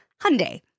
Hyundai